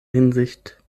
hinsicht